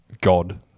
God